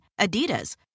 Adidas